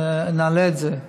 נעלה את זה,